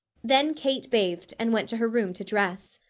then kate bathed and went to her room to dress.